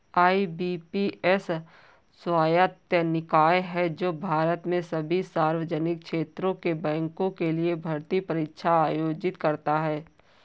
IBPS स्वायत्त निकाय है जो भारत में सभी सार्वजनिक क्षेत्र के बैंकों के लिए भर्ती परीक्षा आयोजित करता है